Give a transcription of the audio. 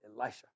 Elisha